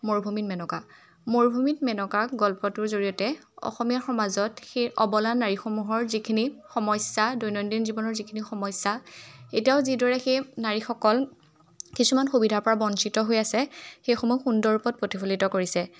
মৰুভূমিত মেনকা মৰুভূমিত মেনকা গল্পটোৰ জৰিয়তে অসমীয়া সমাজত সেই অৱলা নাৰীসমূহৰ যিখিনি সমস্যা দৈনন্দিন জীৱনৰ যিখিনি সমস্যা এতিয়াও যিদৰে সেই নাৰীসকল কিছুমান সুবিধাৰ পৰা বঞ্চিত হৈ আছে সেইসমূহ সুন্দৰূপত প্ৰতিফলিত কৰিছে